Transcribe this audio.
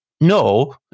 No